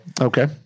okay